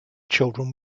children